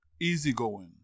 easygoing